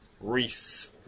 Reese